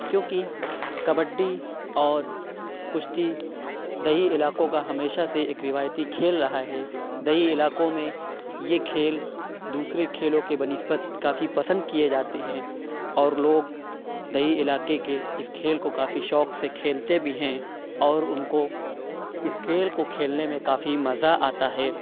کیوں کہ کبڈی اور کُشتی دیہی علاقوں کا ہمیشہ سے ایک روایتی کھیل رہا ہے دیہی علاقوں میں یہ کھیل دوسرے کھیلوں کے بہ نسبت کافی پسند کیے جاتے ہیں اور لوگ دیہی علاقے کے اِس کھیل کو کافی شوق سے کھیلتے بھی ہیں اور اُن کو اِس کھیل کو کھیلنے میں کافی مزہ آتا ہے